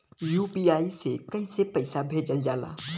UPI से कइसे पैसा भेजल जाला?